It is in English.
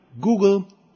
Google